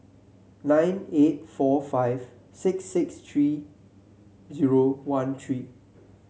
nine eight four five six six three zero one three